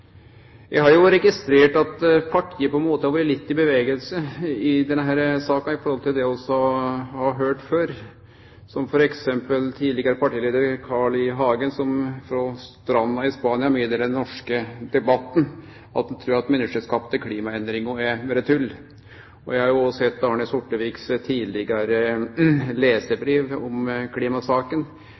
måte har vore litt i bevegelse i denne saka med omsyn til det vi har høyrt før, som f.eks. tidlegare partileiar Carl I. Hagen, som frå stranda i Spania, i den norske debatten, melder at han trur at menneskeskapte klimaendringar berre er tull. Vi har òg sett Arne Sorteviks tidlegare lesarbrev om klimasaka,